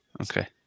Okay